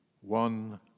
one